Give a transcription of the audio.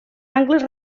angles